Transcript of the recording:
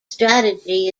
strategy